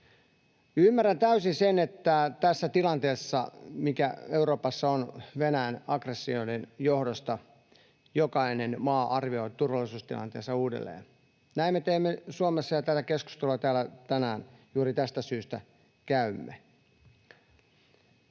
Ymmärrän täysin sen, että tässä tilanteessa, mikä Euroopassa on Venäjän aggressioiden johdosta, jokainen maa arvioi turvallisuustilanteensa uudelleen. Näin me teemme Suomessa, ja tätä keskustelua täällä tänään juuri tästä syystä käymme.